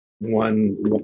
one